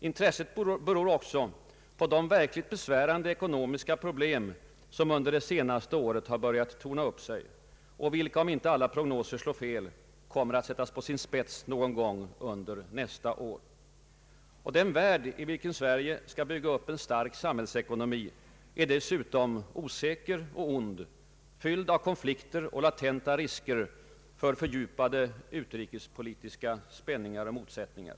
Intresset beror också på de verkligt besvärande ekonomiska problem som under det senaste året har börjat torna upp sig och vilka, om inte alla prognoser slår fel, kommer att sättas på sin spets någon gång under nästa år. Den värld i vilken Sverige skall bygga upp en stark samhällsekonomi är dessutom osäker och ond, fylld av konflikter och Allmänpolitisk debatt latenta risker för fördjupade utrikespolitiska spänningar och motsättningar.